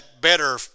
better